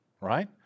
right